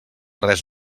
res